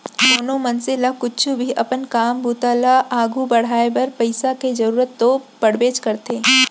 कोनो मनसे ल कुछु भी अपन काम बूता ल आघू बढ़ाय बर पइसा के जरूरत तो पड़बेच करथे